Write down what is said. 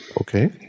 Okay